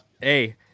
hey